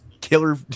killer